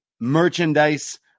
merchandise